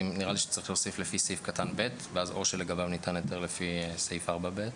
לי שצריך להוסיף "לפי סעיף קטן (ב)",